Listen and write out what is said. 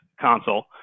console